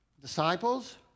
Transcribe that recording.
disciples